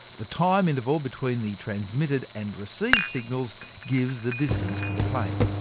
the time interval between the transmitted and received signals gives the distance to the plane.